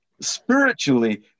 spiritually